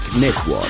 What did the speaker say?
Network